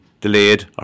delayed